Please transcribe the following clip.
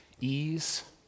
ease